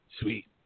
Sweet